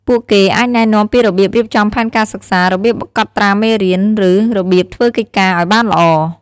ពួកគេអាចណែនាំពីរបៀបរៀបចំផែនការសិក្សា របៀបកត់ត្រាមេរៀន ឬរបៀបធ្វើកិច្ចការឲ្យបានល្អ។